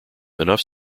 enough